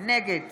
נגד